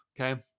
Okay